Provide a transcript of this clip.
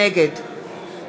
נגד